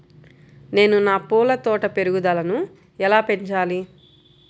నేను నా పూల తోట పెరుగుదలను ఎలా పెంచాలి?